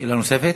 שאלה נוספת?